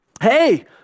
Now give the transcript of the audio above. Hey